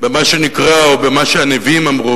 במה שנקרא או במה שהנביאים אמרו,